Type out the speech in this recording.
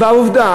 והעובדה,